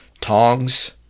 tongs